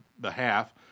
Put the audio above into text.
behalf